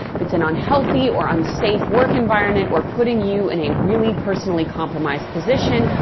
if it's an unhealthy or unsafe work environment or putting you in a really personally compromised position,